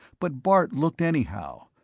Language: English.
but bart looked anyhow,